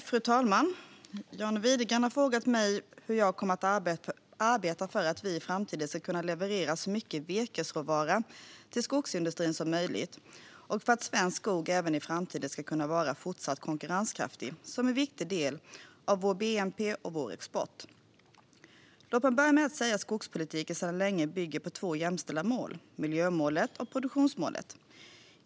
Fru talman! John Widegren har frågat mig hur jag kommer att arbeta för att vi i framtiden ska kunna leverera så mycket virkesråvara till skogsindustrin som möjligt, och för att svensk skog även i framtiden ska kunna vara fortsatt konkurrenskraftig som en viktig del av vår bnp och vår export. Låt mig börja med att säga att skogspolitiken sedan länge bygger på två jämställda mål: miljömålet och produktionsmålet.